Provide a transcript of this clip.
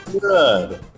good